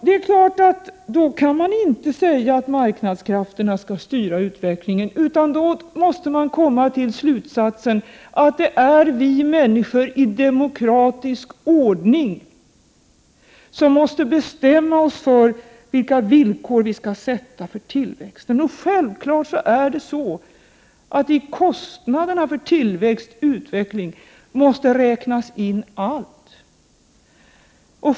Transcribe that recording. Då kan man inte säga att marknadskrafterna skall styra utvecklingen, utan då måste man komma till slutsatsen att det är vi människor i demokratisk ordning som måste bestämma oss för vilka villkor vi kan sätta för tillväxten. Självfallet måste i kostnaderna för tillväxt och utveckling räknas in allt.